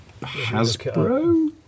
Hasbro